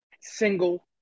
single